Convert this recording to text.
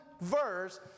verse